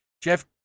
Jeff